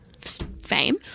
fame